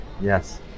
Yes